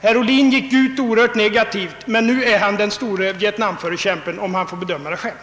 Herr Ohlin gick ut oerhört negativ, men nu är han den store vietnamförkämpen, om han får bedöma det själv.